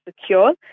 secure